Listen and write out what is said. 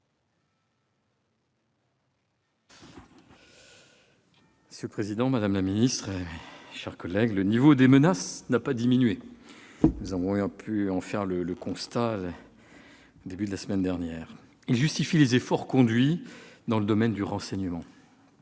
Monsieur le président, madame la ministre, mes chers collègues, le niveau des menaces n'a pas diminué, comme nous en avons fait le constat au début de la semaine dernière. Il justifie les efforts entrepris dans le domaine du renseignement.